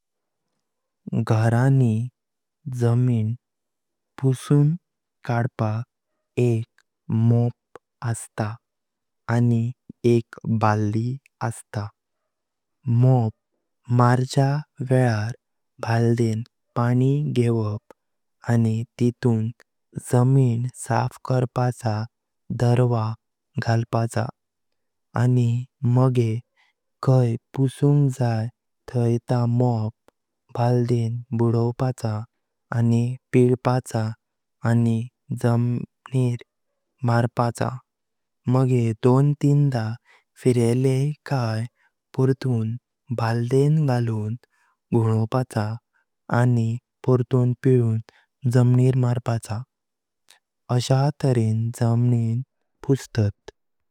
घराणी जमिन पुशून कडपाक एक मॉप असता आनी एक बाल्दी असता। मॉप मार्चा वेळार बाल्दें पाणी घेवाप आनी तितून जमिन साफ करपाच्या दरवा घाळपाच्या आनी मागे खाय पुशुंग जाय तें मॉप बाल्दें बुडवपाच्या आनी पीलपाच्या आनी जमिन मारपाच्या। मागे दोन टिंडा जमिन फिरेले काय पर्टून बाल्दें घालून घवणपाच्या आनी पर्टून पीलून जमिन मारपाच्या अशें तरेन जमिन पुस्तात।